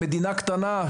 מדינה קטנה,